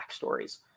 backstories